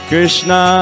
Krishna